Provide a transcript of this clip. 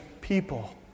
people